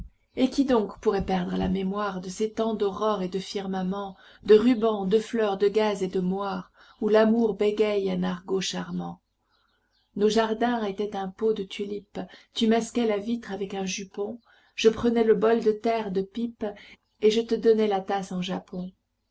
et qui donc pourrait perdre la mémoire de ces temps d'aurore et de firmament de rubans de fleurs de gaze et de moire où l'amour bégaye un argot charmant nos jardins étaient un pot de tulipe tu masquais la vitre avec un jupon je prenais le bol de terre de pipe et je te donnais la tasse en japon